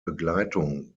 begleitung